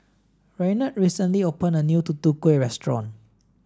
Reynold recently opened a new Tutu Kueh restaurant